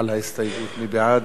ההסתייגות לא התקבלה.